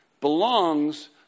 belongs